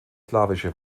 slawische